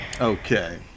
okay